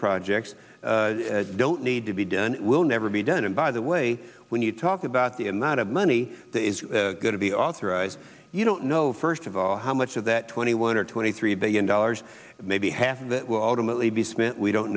projects don't need to be done will never be done and by the way when you talk about the amount of money that is going to be authorized you don't know first of all how much of that twenty one or twenty three billion dollars maybe half of that will ultimately be spent we don't